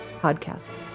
podcast